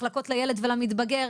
מחלקות לילד ולמתבגר.